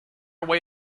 way